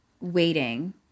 waiting